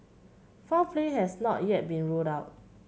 foul play has not yet been ruled out